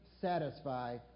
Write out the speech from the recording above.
satisfy